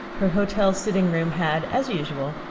her hotel sitting-room had, as usual,